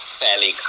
fairly